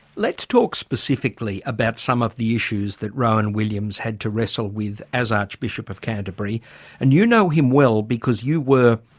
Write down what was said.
let's talk specifically about some of the issues that rowan williams had to wrestle with as archbishop of canterbury and you know him well because you were,